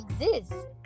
exists